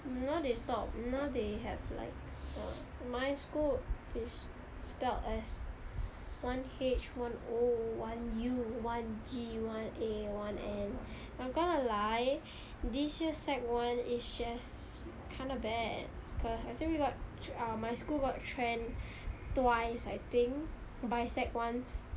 you know they stop you know they have uh my school is spelt as one H one O one U one G one A one N not gonna lie this year sec one is just kind of bad I think we got my school got trend twice I think by sec ones